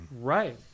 Right